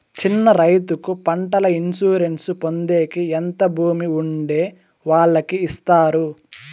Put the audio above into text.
చిన్న రైతుకు పంటల ఇన్సూరెన్సు పొందేకి ఎంత భూమి ఉండే వాళ్ళకి ఇస్తారు?